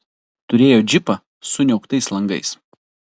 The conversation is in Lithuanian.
turėjo džipą su niauktais langais